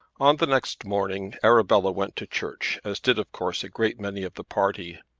on the next morning arabella went to church as did of course a great many of the party.